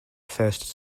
first